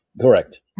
correct